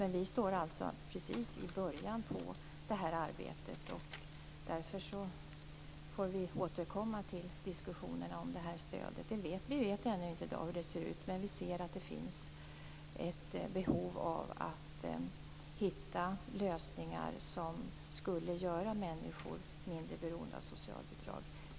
Men vi står alltså precis i början av det här arbetet. Därför får vi återkomma till diskussionerna om det här stödet. Vi vet ännu i dag inte hur det ser ut. Men vi ser att det finns ett behov av att hitta lösningar som skulle göra människor mindre beroende av socialbidrag.